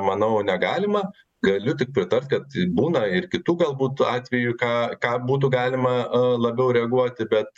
manau negalima galiu tik pritart kad būna ir kitų galbūt atvejų ką ką būtų galima labiau reaguoti bet